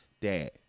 Dad